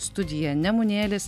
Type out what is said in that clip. studija nemunėlis